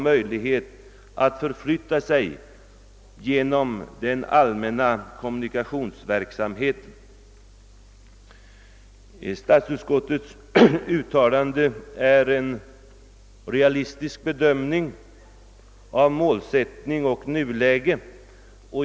möjlighet att förflytta sig medelst den allmänna kommunikationsverksamheten. Statsutskottets. uttalande tyder på en realistisk bedömning av målsättning och nuläge.